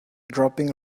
dropping